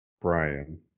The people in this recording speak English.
brian